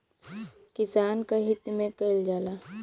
किसान क हित में कईल जाला